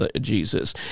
Jesus